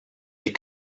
des